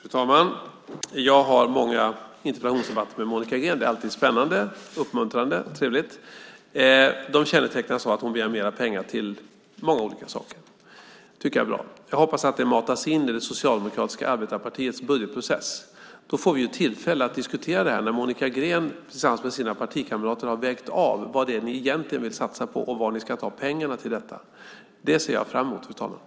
Fru talman! Jag har många interpellationsdebatter med Monica Green. Det är alltid spännande, uppmuntrande och trevligt. De kännetecknas av att hon begär mer pengar till många olika saker. Det tycker jag är bra. Jag hoppas att detta matas in i Socialdemokratiska arbetarpartiets budgetprocess. Då får vi tillfälle att diskutera det här när Monica Green tillsammans med sina partikamrater har vägt av vad det är ni egentligen vill satsa på och var ni ska ta pengarna till detta. Det ser jag fram emot, fru talman.